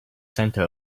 center